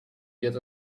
get